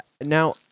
Now